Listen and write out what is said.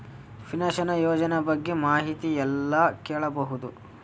Pension ಯೋಜನ ಬಗ್ಗೆ ಮಾಹಿತಿ ಎಲ್ಲ ಕೇಳಬಹುದು?